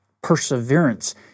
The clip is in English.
perseverance